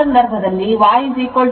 ಆ ಸಂದರ್ಭದಲ್ಲಿ y 11